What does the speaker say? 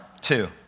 Two